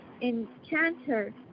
enchanter